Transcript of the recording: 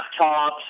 laptops